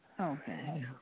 Okay